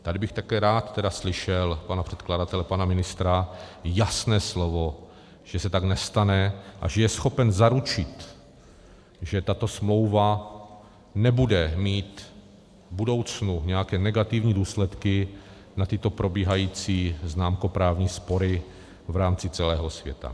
Tady bych také rád slyšel od pana předkladatele, pana ministra, jasné slovo, že se tak nestane a že je schopen zaručit, že tato smlouva nebude mít v budoucnu nějaké negativní důsledky na tyto probíhající známkoprávní spory v rámci celého světa.